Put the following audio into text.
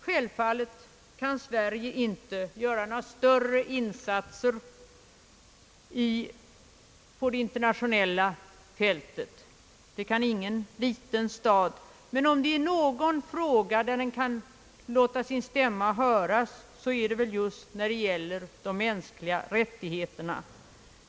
Självfallet kan Sverige inte göra några större insatser på det internationella fältet — det kan förmodligen ingen liten stat — men om det är någon fråga, där Sverige kan få sin stämma hörd, är det väl just den som gäller de mänskliga rättigheterna.